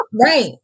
right